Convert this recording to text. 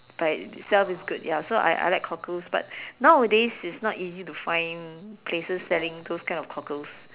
by itself is good so I I like cockles but now this is not easy to find places selling those kind of cockles